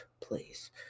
please